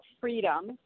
freedom